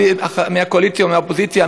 מהקואליציה ומהאופוזיציה,